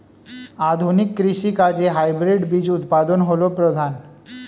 আধুনিক কৃষি কাজে হাইব্রিড বীজ উৎপাদন হল প্রধান